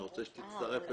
אני רוצה שתצטרף אלי.